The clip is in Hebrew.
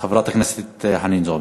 חברת הכנסת חנין זועבי.